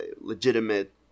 legitimate